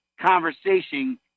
conversation